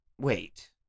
Wait